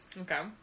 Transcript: Okay